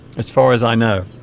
as far as i know